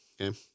Okay